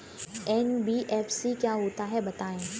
NBFC क्या होता है बताएँ?